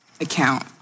account